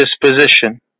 disposition